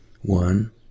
One